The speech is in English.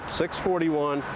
641